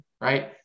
Right